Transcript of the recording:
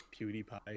PewDiePie